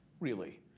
really.